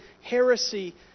heresy